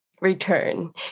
return